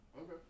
Okay